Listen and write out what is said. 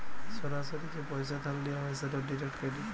সরাসরি যে পইসা ধার লিয়া হ্যয় সেট ডিরেক্ট ক্রেডিট